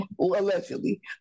allegedly